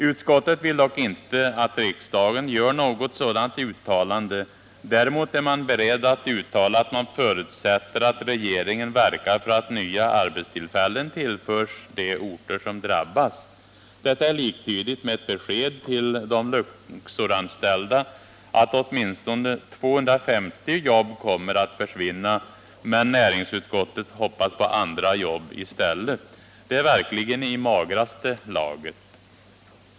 Utskottet vill dock inte att riksdagen gör något sådant uttalande. Däremot är man beredd att uttala att man förutsätter att regeringen verkar för att nya arbetstillfällen tillförs de orter som drabbas. Detta är liktydigt med ett besked till de Luxoranställda att åtminstone 250 jobb kommer att försvinna, men näringsutskottet hoppas på andra jobb i stället. Det är verkligen i magraste laget.